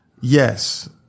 Yes